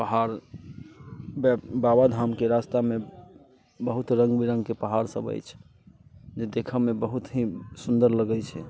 पहाड़ बाबाधामके रास्तामे बहुत रङ्ग विरङ्गके पहाड़ सभ अछि जे देखऽ मे बहुत ही सुन्दर लगैत छै